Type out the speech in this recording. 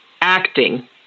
acting